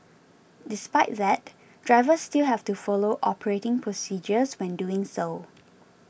despite that drivers still have to follow operating procedures when doing so